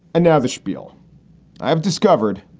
and now the spiel i have discovered,